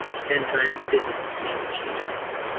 which then drives the businesses to make the change we need